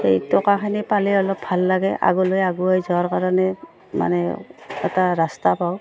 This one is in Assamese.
সেই টকাখিনি পালে অলপ ভাল লাগে আগলৈ আগুৱাই যোৱাৰ কাৰণে মানে এটা ৰাস্তা পাওঁ